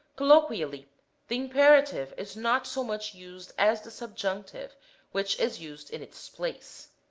colloquially the imperative is not so much used as the subjunctive which is used in its place.